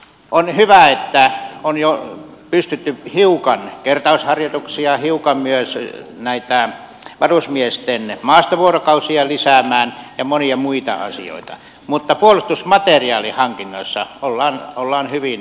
on hyvä että on jo pystytty hiukan kertausharjoituksia hiukan myös varusmiesten maastovuorokausia lisäämään ja monia muita asioita mutta puolustusmateriaalihankinnoissa ollaan hyvin matalalla tasolla